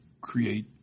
create